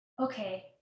okay